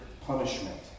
Punishment